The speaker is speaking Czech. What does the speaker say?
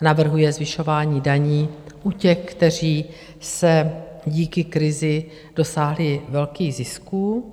Navrhuje zvyšování daní u těch, kteří díky krizi dosáhli velkých zisků.